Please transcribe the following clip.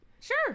Sure